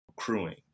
crewing